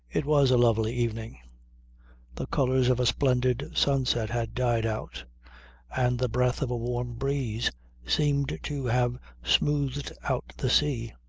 it was a lovely evening the colours of a splendid sunset had died out and the breath of a warm breeze seemed to have smoothed out the sea.